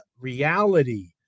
reality